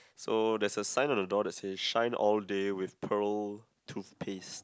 so there's a sign on the door that says shine all day with pearl toothpaste